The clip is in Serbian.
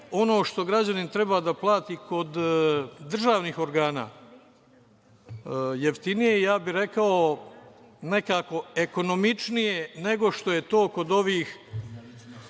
ono što građanin treba da plati kod državnih organa jeftinije, ja bih rekao, nekako ekonomičnije, nego što je to kod ovih